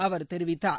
அவர் தெரிவித்தார்